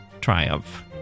triumph